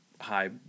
high